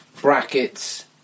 brackets